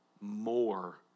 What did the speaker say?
more